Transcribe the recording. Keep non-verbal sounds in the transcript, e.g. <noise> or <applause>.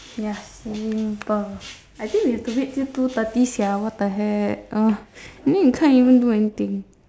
ya simple I think we have to wait till two thirty sia what the heck <noise> then we can't even do anything